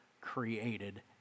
created